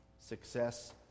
Success